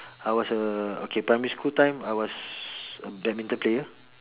I was a okay primary school time I was a badminton player